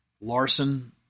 Larson